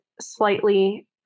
slightly